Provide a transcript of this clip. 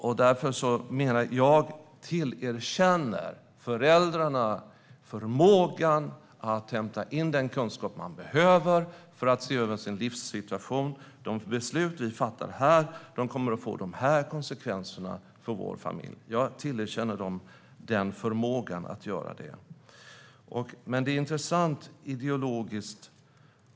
Jag tillerkänner i stället föräldrarna förmågan att hämta in den kunskap de behöver för att se över sin livssituation och tänka: De beslut vi fattar här kommer att få de här konsekvenserna för vår familj. Detta är ideologiskt intressant.